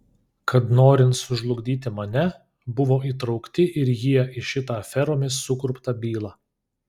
kad norint sužlugdyti mane buvo įtraukti ir jie į šitą aferomis sukurptą bylą